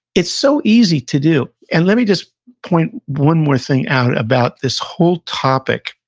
it's so easy to do. and let me just point one more thing out about this whole topic,